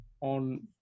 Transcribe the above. on